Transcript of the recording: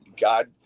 God